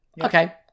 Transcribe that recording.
okay